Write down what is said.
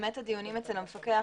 הדיונים אצל המפקח,